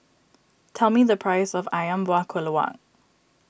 tell me the price of Ayam Buah Keluak